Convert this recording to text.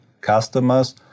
customers